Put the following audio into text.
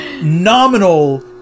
nominal